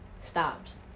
stops